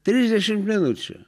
trisdešimt minučių